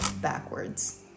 backwards